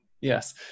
yes